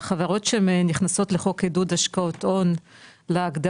החברות שהם נכנסות לחוק עידוד השקעות הון להגדרות